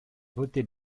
votez